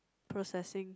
processing